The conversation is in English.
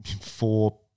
four